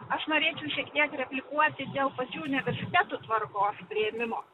aš norėčiau šiek tiek replikuoti dėl pačių universitetų tvarkos priėmimo